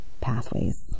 pathways